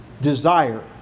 desire